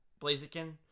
Blaziken